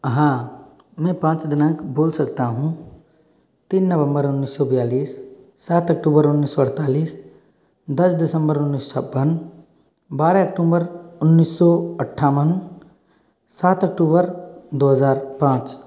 हाँ मैं पाँच दिनांक बोल सकता हूँ तीन नवंबर उन्नीस सौ बयालीस सात अक्टूबर उन्नीस सौ अड़तालीस दस दिसंबर उन्नीस सौ बावन बारह अक्टूबर उन्नीस सौ अट्ठावन सात अक्टूबर दो हज़ार पाँच